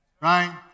right